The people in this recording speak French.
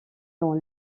dans